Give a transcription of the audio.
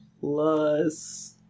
plus